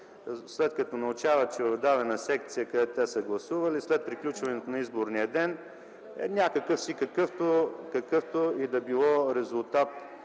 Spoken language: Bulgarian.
след като научават, че в дадена секция, където те са гласували, след приключването на изборния ден някакъв си, какъвто и да било,